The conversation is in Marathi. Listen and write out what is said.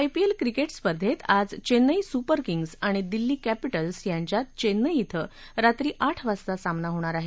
आयपीएल क्रिकेट स्पर्धेत आज चेन्नई सुपर किंग्ज आणि दिल्ली कॅपिटल्स यांच्यात चेन्नई ि ंब्रे रात्री आठ वाजता सामना होणार आहे